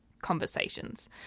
conversations